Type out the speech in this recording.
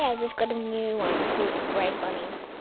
yeah just got a new one called the grey bunny.